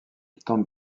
tentent